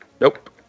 Nope